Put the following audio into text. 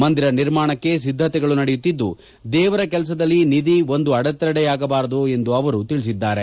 ಮಂದಿರ ನಿರ್ಮಾಣಕ್ಕೆ ಸಿದ್ದತೆಗಳು ನಡೆಯುತ್ತಿದ್ದು ದೇವರ ಕೆಲಸದಲ್ಲಿ ನಿಧಿ ಒಂದು ಅಡತಡೆಯಾಗಬಾರದು ಎಂದು ಅವರು ತಿಳಿಸಿದರು